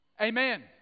Amen